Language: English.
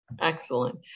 Excellent